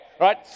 right